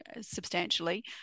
substantially